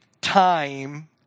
time